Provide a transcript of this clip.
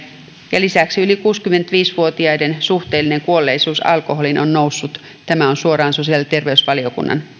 ja lisäksi yli kuusikymmentäviisi vuotiaiden suhteellinen kuolleisuus alkoholiin on noussut tämä on suoraan sosiaali ja terveysvaliokunnan